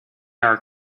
are